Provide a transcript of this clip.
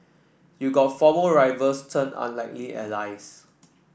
you've got former rivals turned unlikely allies